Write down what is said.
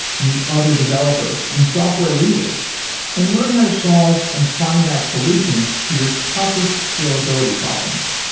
meet other developers and software leaders and learn how to solve and find out solutions to your toughest scalability problems.